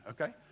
okay